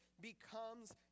becomes